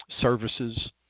services